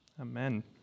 Amen